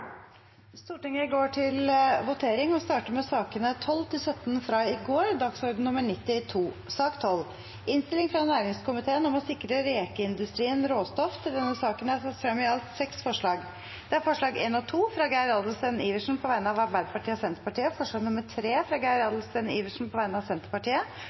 Stortinget går til votering og starter med sakene nr. 12–17 fra i går, dagsorden nr. 92. Under debatten er det satt frem i alt seks forslag. Det er forslagene nr. 1 og 2, fra Geir Adelsten Iversen på vegne av Arbeiderpartiet og Senterpartiet forslag nr. 3, fra Geir Adelsten Iversen på vegne av Senterpartiet